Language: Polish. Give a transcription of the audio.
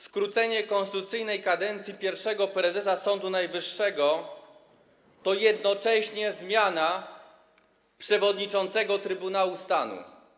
Skrócenie konstytucyjnej kadencji pierwszego prezesa Sądu Najwyższego to jednocześnie zmiana przewodniczącego Trybunału Stanu.